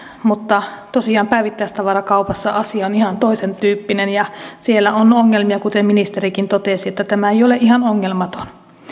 mutta tosiaan päivittäistavarakaupassa asia on ihan toisen tyyppinen ja siellä on ongelmia kuten ministerikin totesi niin että tämä ei ole ihan ongelmaton